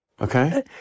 Okay